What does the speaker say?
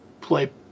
play